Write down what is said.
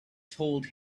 told